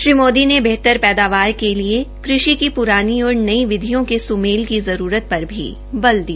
श्री मोदी ने बेहतर प्रैदावार के लिए कृषि की प्रानी और नई विधियों के स्मेल की जरूरत र भी बल दिया